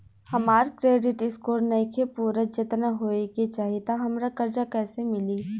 हमार credit score नईखे पूरत जेतना होए के चाही त हमरा कर्जा कैसे मिली?